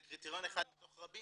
שוב, זה קריטריון אחד מתוך רבים.